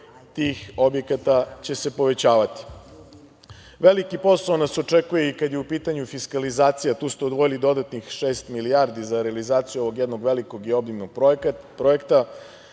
tih objekata će se povećavati. Veliki posao nas očekuje i kada je u pitanju fiskalizacija. Tu ste odvojili dodatnih šest milijardi za realizaciju ovog jednog velikog i obimnog projekta.